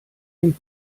den